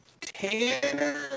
Tanner